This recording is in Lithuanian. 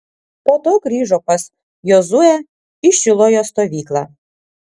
po to grįžo pas jozuę į šilojo stovyklą